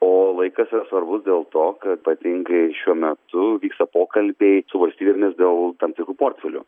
o laikas yra svarbus dėl to kad ypatingai šiuo metu vyksta pokalbiai su valstybėmis dėl tam tikrų portfelių